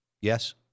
Yes